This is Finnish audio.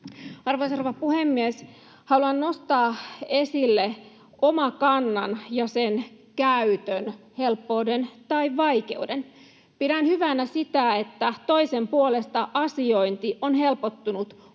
rouva puhemies! Haluan nostaa esille Omakannan ja sen käytön helppouden, tai vaikeuden. Pidän hyvänä sitä, että toisen puolesta asiointi on helpottunut